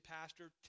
pastor